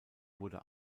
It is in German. wurde